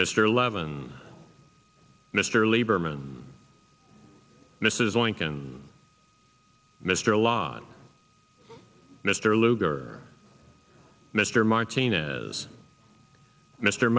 mr eleven mr lieberman mrs lincoln mr lott mr lugar mr martinez mr